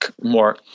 more